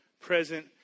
present